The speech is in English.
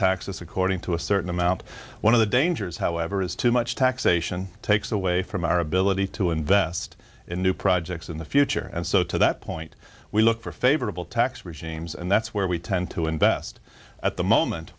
us according to a certain amount one of the dangers however is too much taxation takes away from our ability to invest in new projects in the future and so to that point we look for favorable tax regimes and that's where we tend to invest at the moment